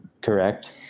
Correct